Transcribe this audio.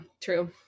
true